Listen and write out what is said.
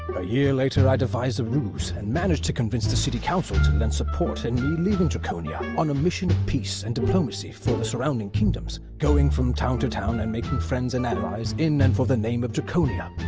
but a year later, i devised a ruse and managed to convince the city council to lend support in me leaving draconia on a mission of peace and diplomacy for the surrounding kingdoms, going from town to town and making friends and allies, in and for the name of draconia.